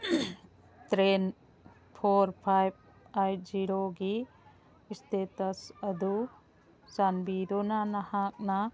train for five eight ꯖꯤꯔꯣꯒꯤ status ꯑꯗꯨ ꯆꯥꯟꯕꯤꯗꯨꯅ ꯅꯍꯥꯛꯅ